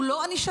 הוא לא ענישתי.